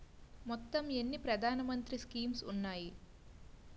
మొత్తం ఎన్ని ప్రధాన మంత్రి స్కీమ్స్ ఉన్నాయి?